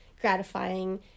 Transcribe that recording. gratifying